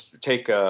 take